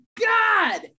God